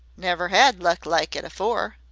never had luck like it afore.